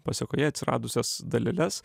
pasekoje atsiradusias daleles